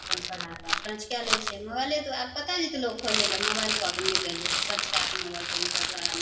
अपन पढ़ा कऽ टंच कए लै छै मोबाइले द्वारा आब कतय जेतै लोक खोजय लए मोबाइलपर अपन निकालि लै छै सर्च कए कऽ मोबाइलपर इन्टर द्वारा